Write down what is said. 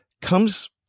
comes